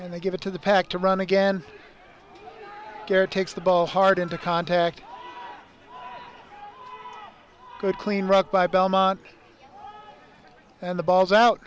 and they give it to the pack to run again care takes the ball hard into contact c good clean ruck by belmont and the ball's out